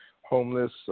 homeless